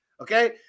Okay